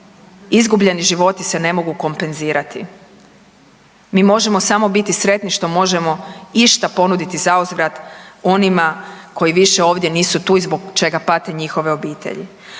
Izgubljeni životi se ne mogu kompenzirati. Mi možemo samo biti sretni što možemo išta ponuditi za uzvrat onima koji više ovdje nisu tu i zbog čega pate njihove obitelji.